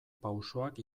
pausoak